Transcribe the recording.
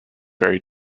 very